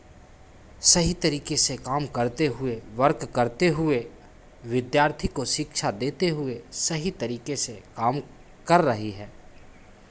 सही तरीके से काम करते हुए वर्क करते हुए विद्यार्थी को शिक्षा देते हुए सही तरीके से काम कर रही है